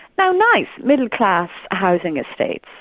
though nice, middle-class housing estates.